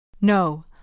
No